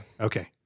Okay